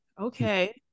Okay